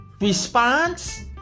response